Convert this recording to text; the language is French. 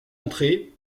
entrée